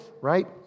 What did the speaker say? right